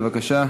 בבקשה.